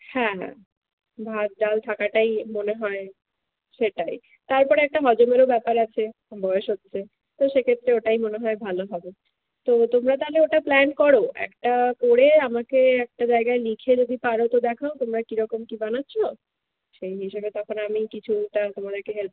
হ্যাঁ হ্যাঁ ভাত ডাল থাকাটাই মনে হয় সেটাই তার পরে একটা হজমেরও ব্যাপার আছে বয়েস হচ্ছে তো সেক্ষেত্রে ওটাই মনে হয় ভালো হবে তো তোমরা তাহলে ওটা প্ল্যান করো একটা করে আমাকে একটা জায়গায় লিখে যদি পারো তো দেখাও তোমরা কীরকম কী বানাচ্ছ সেই হিসেবে তখন আমি কিছুটা তোমাদেরকে হেল্প